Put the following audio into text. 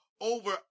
over